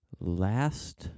Last